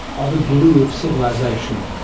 are the glue of civilisation,